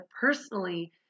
personally